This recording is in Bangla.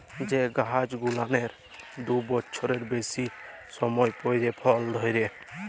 যে গাইছ গুলানের দু বচ্ছরের বেইসি সময় পইরে ফল ধইরে